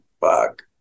fuck